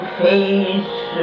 face